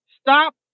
stop